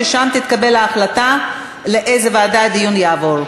ששם תתקבל ההחלטה לאיזו ועדה הדיון יעבור.